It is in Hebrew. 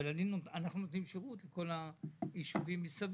ואנחנו נותנים שירות לכל היישובים מסביב,